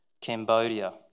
Cambodia